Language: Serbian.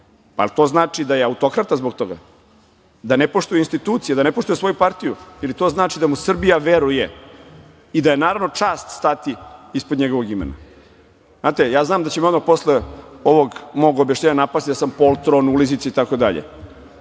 Jel to znači da je autokrata zbog toga, da ne poštuje institucije, da ne poštuje svoju partiju ili to znači da mu Srbija veruje i da je naravno čast stati ispod njegovog imena? Znate, ja znam da će me odmah posle ovog mog objašnjenja napasti da sam poltron, ulizica, itd, ali